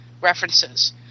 references